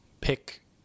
pick